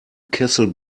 kessel